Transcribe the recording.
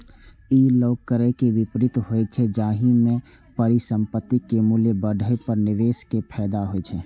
ई long केर विपरीत होइ छै, जाहि मे परिसंपत्तिक मूल्य बढ़ै पर निवेशक कें फायदा होइ छै